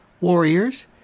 Warriors